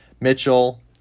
Mitchell